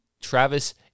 Travis